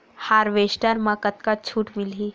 Harvester म कतका छूट मिलही?